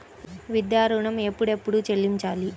విద్యా ఋణం ఎప్పుడెప్పుడు చెల్లించాలి?